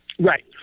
Right